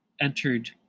entered